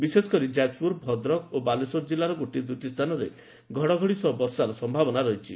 ବିଶେଷକରି ଯାଜପୁର ଭଦ୍ରକ ବାଲେଶ୍ୱର ଜିଲାର ଗୋଟିଏ ଦୁଇଟି ସ୍ଚାନରେ ଘଡଘଡି ସହ ବର୍ଷାର ସମ୍ଭାବନା ରହିଛି